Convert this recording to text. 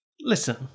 Listen